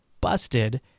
busted